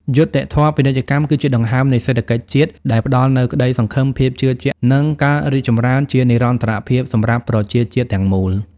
យុត្តិធម៌ពាណិជ្ជកម្មគឺជាដង្ហើមនៃសេដ្ឋកិច្ចជាតិ ដែលផ្ដល់នូវក្តីសង្ឃឹម ភាពជឿជាក់ និងការរីកចម្រើនជានិរន្តរភាពសម្រាប់ប្រជាជាតិទាំងមូល។